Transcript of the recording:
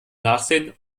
nachsehen